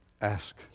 Ask